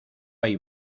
hay